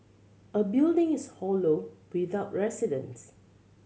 a building is hollow without residents